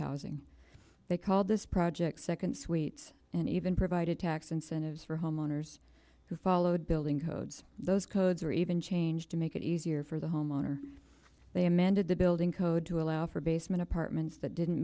housing they called this project second suites and even provided tax incentives for homeowners who followed building codes those codes or even changed to make it easier for the homeowner they amended the building code to allow for basement apartments that didn't